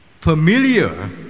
familiar